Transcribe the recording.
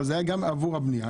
אבל זה היה גם עבור הבנייה.